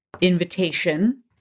invitation